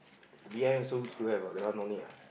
behind also used to have ah that one don't need lah